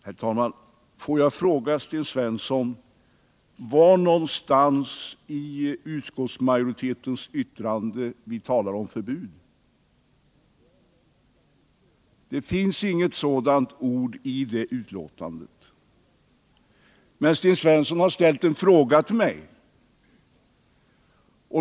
Herr talman! Får jag fråga Sten Svensson: Var någonstans i utskottsmajoritetens uttalande skriver vi om förbud? Men Sten Svensson har ställt en fråga till mig.